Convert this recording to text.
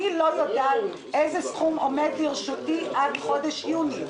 אני לא יודעת איזה סכום עומד לרשותי עד חודש יוני.